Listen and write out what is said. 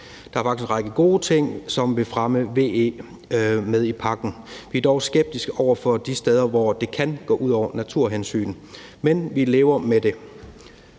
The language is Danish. Der er faktisk en række gode ting med i pakken, som vil fremme VE. Vi er dog skeptisk over for de steder, hvor det kan gå ud over naturhensyn, men vi lever med det.